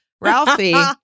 Ralphie